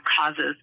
causes